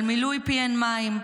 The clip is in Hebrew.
את מילוי פיהן מים,